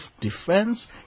defense